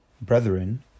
Brethren